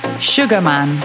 Sugarman